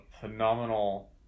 phenomenal